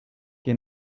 que